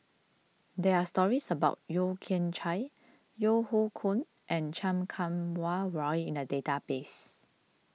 there are stories about Yeo Kian Chai Yeo Hoe Koon and Chan Kum Wah Roy in the database